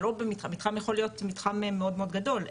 מתחם יכול להיות מאוד מאוד גדול,